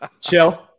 Chill